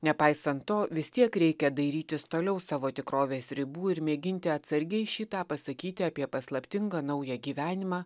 nepaisant to vis tiek reikia dairytis toliau savo tikrovės ribų ir mėginti atsargiai šį tą pasakyti apie paslaptingą naują gyvenimą